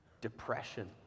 depression